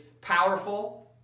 powerful